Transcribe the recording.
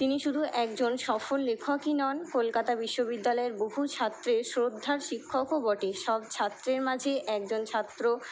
তিনি শুধু একজন সফল লেখকই নন কলকাতা বিশ্ববিদ্যালয়ের বহু ছাত্রের শ্রদ্ধার শিক্ষকও বটে সব ছাত্রের মাঝে একজন ছাত্র